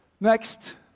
Next